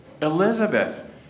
Elizabeth